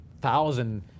thousand